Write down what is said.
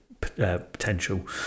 potential